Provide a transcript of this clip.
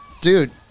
dude